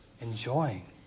enjoying